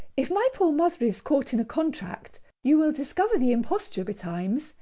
if my poor mother is caught in a contract, you will discover the imposture betimes,